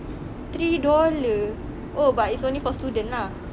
three dollar oh but it's only for student lah